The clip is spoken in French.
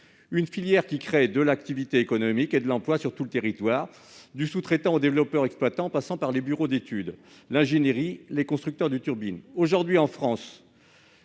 d'une filière qui crée de l'activité économique et de l'emploi sur tout le territoire, du sous-traitant au développeur-exploitant, en passant par les bureaux d'études, l'ingénierie ou les constructeurs de turbines. Aujourd'hui, en France,